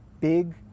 big